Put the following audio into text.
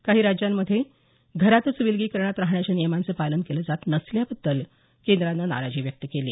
काही राज्यांमध्ये घरातच विलगीकरणात राहण्याच्या नियमांचं पालन केलं जात नसल्याबद्दल केंद्रानं नाराजी व्यक्त केली आहे